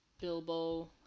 Bilbo